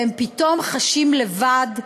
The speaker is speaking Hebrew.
והם פתאום חשים לבד,